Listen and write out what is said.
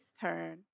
turn